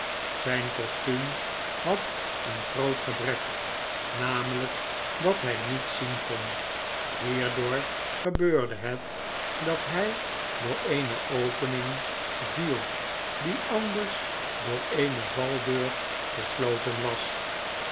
zijn kostuum had een groot gebrek namelijk dat hij niet zien kon hierdoor gebeurde het dat hij door eene opening viel die anders door eene valdeur gesloten was